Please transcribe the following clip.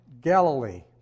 Galilee